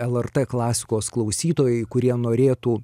lrt klasikos klausytojai kurie norėtų